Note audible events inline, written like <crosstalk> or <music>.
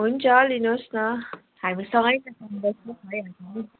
हुन्छ लिनुहोस् न हामी सँगै <unintelligible> <unintelligible>